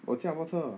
我驾什么车